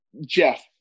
Jeff